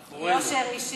מאחורינו.